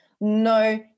no